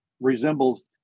resembles